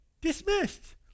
Dismissed